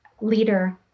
leader